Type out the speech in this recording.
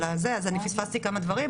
אז אני פספסתי כמה דברים,